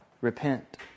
repent